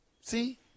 see